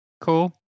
Cool